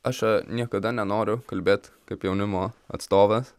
aš niekada nenoriu kalbėt kaip jaunimo atstovas